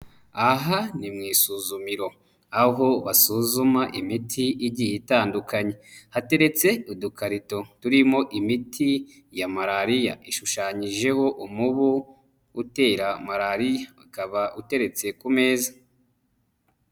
Aha ni mu isuzumiro, aho basuzuma imiti igiye itandukanye. Hateretse udukarito turimo imiti ya malariya, ishushanyijeho umubu utera malariya ukaba uteretse ku meza.